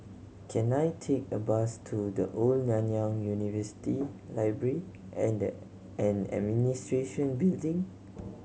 can I take a bus to The Old Nanyang University Library and and Administration Building